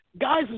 guys